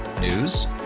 news